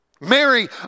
Mary